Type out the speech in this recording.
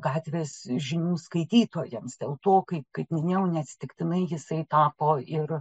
gatvės žinių skaitytojams dėl to kaip kaip minėjau neatsitiktinai jisai tapo ir